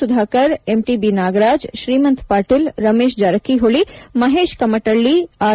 Sudhakar MTB Nagaraj Shrimant Patil Ramesh Jarkiholi Mahesh Kumathalli R